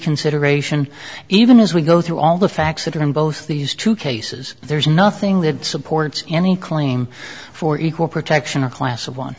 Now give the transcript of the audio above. consider ration even as we go through all the facts that are in both these two cases there's nothing that supports any claim for equal protection or class of